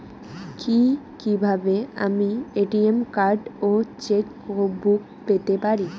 কি কিভাবে আমি এ.টি.এম কার্ড ও চেক বুক পেতে পারি?